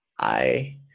I-